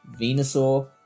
Venusaur